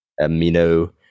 amino